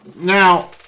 now